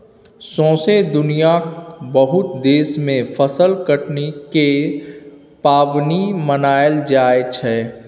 सौसें दुनियाँक बहुत देश मे फसल कटनी केर पाबनि मनाएल जाइ छै